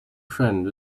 friend